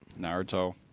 Naruto